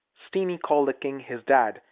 steeny called the king his dad,